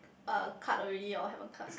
uh cut already or haven't cut